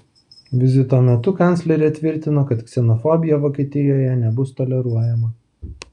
vizito metu kanclerė tvirtino kad ksenofobija vokietijoje nebus toleruojama